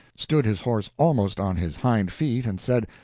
stood his horse almost on his hind feet, and said,